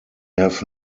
have